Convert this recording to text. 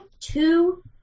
two